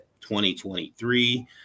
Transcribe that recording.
2023